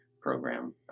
program